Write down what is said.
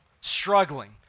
struggling